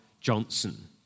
Johnson